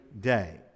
day